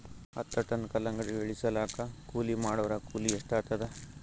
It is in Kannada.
ಹತ್ತ ಟನ್ ಕಲ್ಲಂಗಡಿ ಇಳಿಸಲಾಕ ಕೂಲಿ ಮಾಡೊರ ಕೂಲಿ ಎಷ್ಟಾತಾದ?